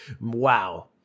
wow